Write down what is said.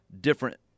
different